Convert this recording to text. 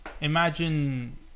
imagine